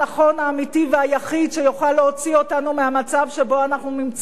האמיתי והיחיד שיוכל להוציא אותנו מהמצב שבו אנחנו נמצאים,